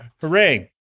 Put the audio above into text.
hooray